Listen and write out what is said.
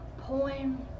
poem